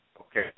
Okay